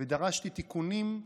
ודרשתי תיקונים,